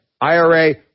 IRA